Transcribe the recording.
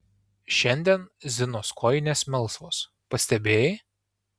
šiandien zinos kojinės melsvos pastebėjai